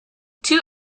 two